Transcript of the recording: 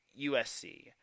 USC